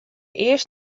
earst